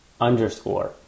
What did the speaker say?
underscore